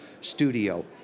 studio